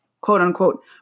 quote-unquote